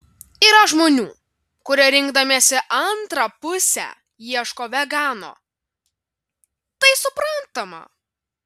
yra žmonių kurie rinkdamiesi antrą pusę ieško vegano tai suprantama